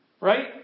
Right